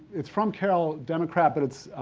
it's from carroll democrat, but it's,